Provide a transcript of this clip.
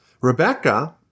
Rebecca